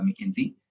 mckinsey